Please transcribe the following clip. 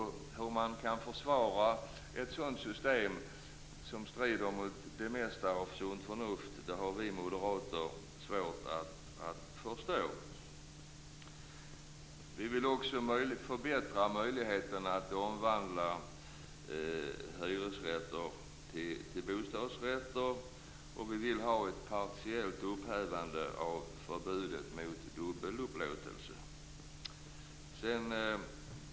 Hur man kan försvara ett sådant system, som strider mot sunt förnuft, har vi moderater svårt att förstå. Vi vill också förbättra möjligheterna att omvandla hyresrätter till bostadsrätter och få ett partiellt upphävande av förbudet mot dubbelupplåtelse.